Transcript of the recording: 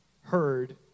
heard